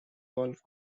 golf